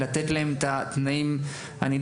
לתת להם את התנאים הנדרשים.